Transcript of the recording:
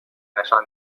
نشان